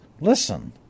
listen